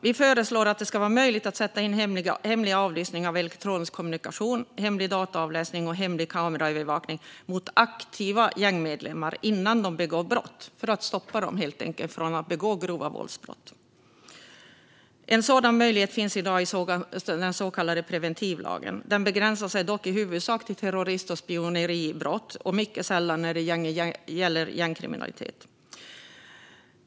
Vi föreslår att det ska vara möjligt att sätta in hemlig avlyssning av elektronisk kommunikation, hemlig dataavläsning och hemlig kameraövervakning mot aktiva gängmedlemmar innan de begår brott, för att hindra dem från att begå grova våldsbrott. En sådan möjlighet finns i dag i den så kallade preventivlagen. Den begränsar sig dock i huvudsak till terrorist och spioneribrott och gäller mycket sällan gängkriminalitet.